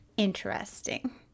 Interesting